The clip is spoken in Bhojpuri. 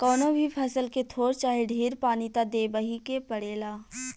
कवनो भी फसल के थोर चाहे ढेर पानी त देबही के पड़ेला